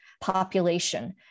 population